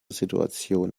situation